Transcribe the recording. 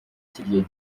kirya